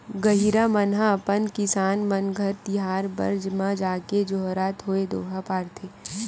गहिरा मन ह अपन किसान मन घर तिहार बार म जाके जोहारत होय दोहा पारथे